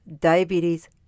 Diabetes